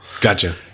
Gotcha